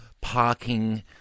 parking